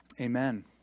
amen